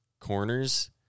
corners